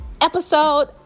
episode